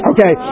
Okay